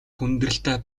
хүндрэлтэй